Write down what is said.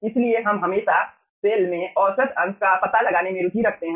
इसलिए हम हमेशा सेल में औसत अंश का पता लगाने में रुचि रखते हैं